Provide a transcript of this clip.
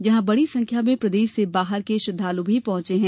जहां बड़ी संख्या में प्रदेश से बाहर के श्रद्वालु भी पहुँचे हैं